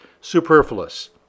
superfluous